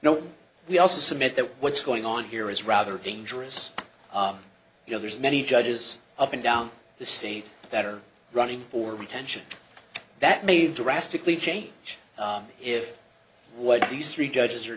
no we also submit that what's going on here is rather dangerous you know there's many judges up and down the state that are running for retention that may drastically change if what these three judges are